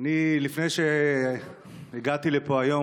לפני שהגעתי לפה היום,